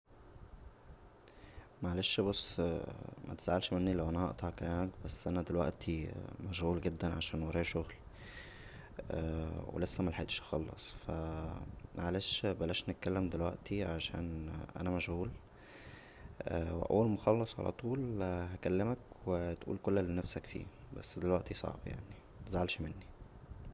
معلش بص متزعلش منى لو انا هقطع كلامك بس انا دلوقتى مشغول جدا عشان ورايا شغل و لسه ملحقتش اخلص فا معلش بلاش نتكلم دلوقتى عشان انا مشغول و اول ما اخلص علطول هكلمك وتقول كل اللى نفسك فيه بس دلوقتى صعب يعنى متزعلش منى